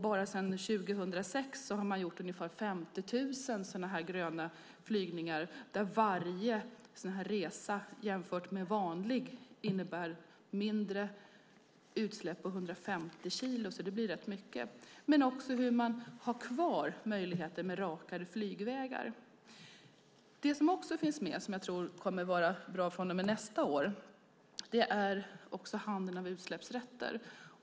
Bara sedan 2006 har man gjort ungefär 50 000 gröna flygningar där varje resa jämfört med en vanlig resa innebär mindre utsläpp på 150 kilo. Det blir alltså rätt mycket. Man har även kvar möjligheten med rakare flygvägar. Det som också finns med och som jag tror kommer att vara bra från och med nästa år är handeln med utsläppsrätter.